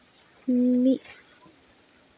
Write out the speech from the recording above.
ᱢᱤᱫ